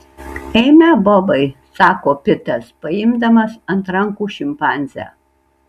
eime bobai sako pitas paimdamas ant rankų šimpanzę